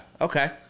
okay